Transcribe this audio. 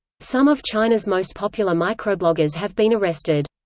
some of china's most popular microbloggers have been arrested.